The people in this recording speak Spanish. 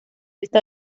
está